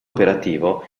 operativo